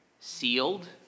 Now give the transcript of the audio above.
Sealed